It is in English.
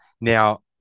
now